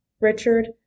Richard